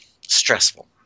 stressful